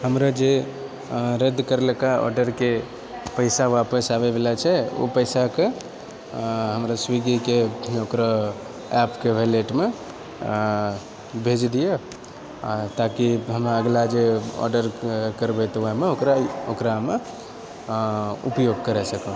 हमरा जे रद्द करलकै ऑर्डरके पैसा आपस आबयबला छै ओ पैसाकऽ हमरा स्विगीके ओकरा एपके भेलेटमे भेजि दिअ आ ताकि हमरा अगला जे ऑर्डर करबै तऽ ओहेमऽ ओकरा ओकरामऽ उपयोग करय सकब